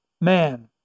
man